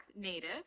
native